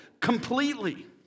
Completely